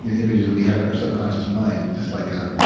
images that we have in our subconscious mind just like a.